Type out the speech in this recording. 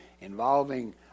involving